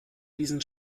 diesen